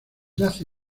yace